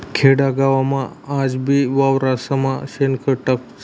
खेडागावमा आजबी वावरेस्मा शेणखत टाकतस